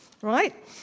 right